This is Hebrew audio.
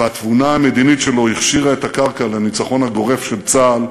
והתבונה המדינית שלו הכשירה את הקרקע לניצחון הגורף של צה"ל,